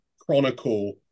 chronicle